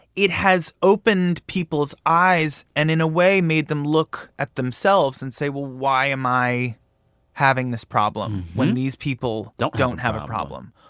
it has opened people's eyes and, in a way, made them look at themselves and say, well, why am i having this problem when these people. don't don't have a problem.